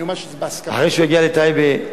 אחרי שהוא יגיע לטייבה,